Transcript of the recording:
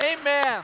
Amen